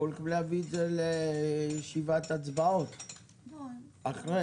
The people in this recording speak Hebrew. יכלו להביא את זה לישיבת הצבעות אחרי,